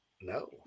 No